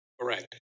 Correct